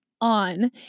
on